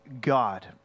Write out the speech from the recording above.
God